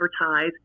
advertise